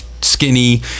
skinny